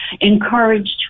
encouraged